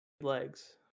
legs